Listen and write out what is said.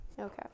Okay